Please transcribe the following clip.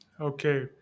Okay